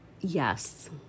yes